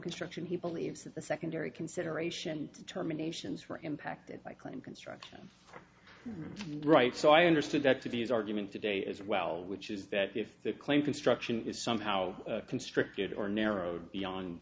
construction he believes that the secondary consideration terminations were impacted by claim construction right so i understood that to be his argument today as well which is that if the claim construction is somehow constructed or narrowed beyond